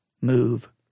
move